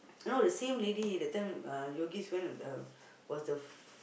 you know the same lady that time uh went uh was the